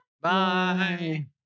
Bye